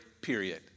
period